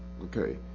Okay